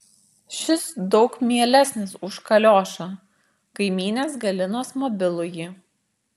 šis daug mielesnis už kaliošą kaimynės galinos mobilųjį